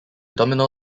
domino